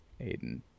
Aiden